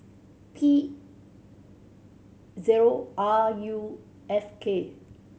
P zero R U F K